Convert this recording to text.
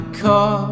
car